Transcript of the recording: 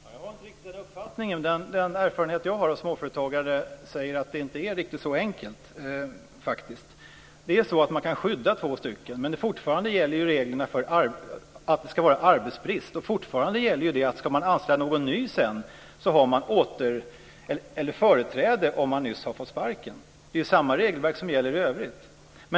Fru talman! Jag har inte riktigt den uppfattningen. Den erfarenhet jag har är att småföretagare säger att det inte är riktigt så enkelt. Man kan skydda två personer. Men fortfarande gäller regeln att det ska vara arbetsbrist. Fortfarande gäller att om det ska anställas en ny har man företräde om man nyss har fått sparken. Det är samma regelverk som gäller i övrigt.